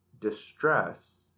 distress